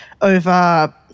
over